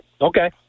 okay